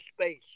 space